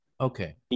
Okay